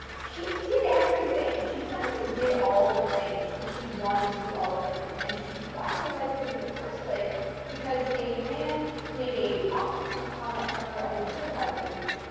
she did everything. she kind of just did all the things because she wanted to do all the things. and she got her license in the first place because a man made a off-the-cuff comment to her at a dinner party once.